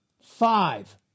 five